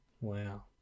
Wow